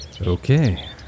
Okay